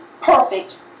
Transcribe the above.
perfect